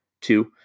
Two